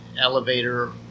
elevator